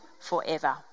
forever